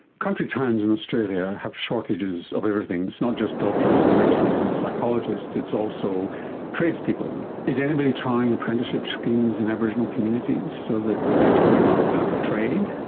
country towns in australia have shortages of everything, it's not just doctors and nurses and psychologists, it's also tradespeople. is anybody trying apprenticeship schemes in aboriginal communities so that kids growing up have a trade?